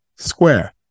square